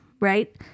right